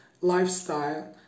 lifestyle